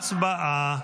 הצבעה.